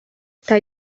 eta